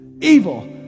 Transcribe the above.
evil